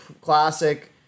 classic